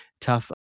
tough